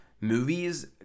movies